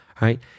right